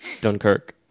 Dunkirk